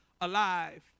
alive